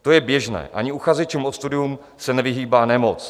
To je běžné, ani uchazečům o studium se nevyhýbá nemoc.